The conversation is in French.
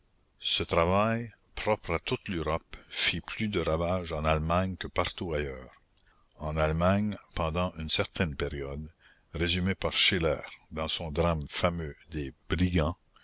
ce travail propre à toute l'europe fit plus de ravage en allemagne que partout ailleurs en allemagne pendant une certaine période résumée par schiller dans son drame fameux des brigands